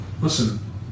listen